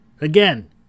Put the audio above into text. Again